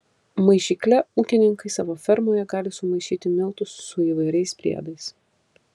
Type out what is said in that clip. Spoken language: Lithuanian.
maišykle ūkininkai savo fermoje gali sumaišyti miltus su įvairiais priedais